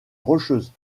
rocheuses